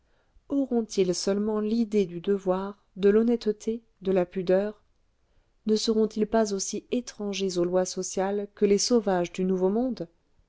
auront-ils seulement l'idée du devoir de l'honnêteté de la pudeur ne seront-ils pas aussi étrangers aux lois sociales que les sauvages du nouveau monde